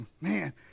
man